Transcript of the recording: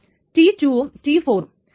T 2 ഉം T 4 ഉം